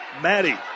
Maddie